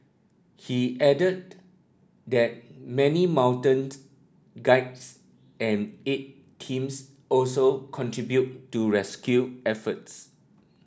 he added that many mountain guides and aid teams also contributed to rescue efforts